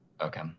Okay